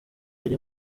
iri